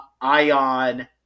ion